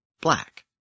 black